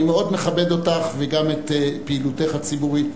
אני מאוד מכבד אותך וגם את פעילותך הציבורית,